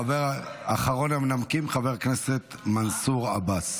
אחרון המנמקים, חבר הכנסת מנסור עבאס.